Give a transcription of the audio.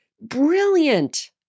Brilliant